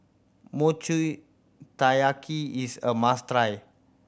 Mochi Taiyaki is a must try